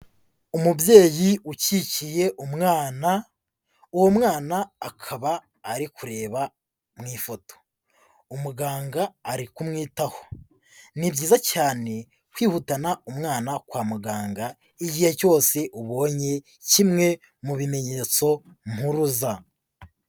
Umubyeyi ukikiye umwana, uwo mwana akaba ari kureba mu ifoto. Umuganga ari kumwitaho, ni byiza cyane kwihutana umwana kwa muganga, igihe cyose ubonye kimwe mu bimenyetso mpuruza.